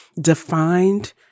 defined